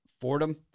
Fordham